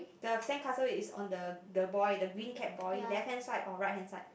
the sandcastle is on the the boy the green cap boy left hand side or right hand side